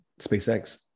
SpaceX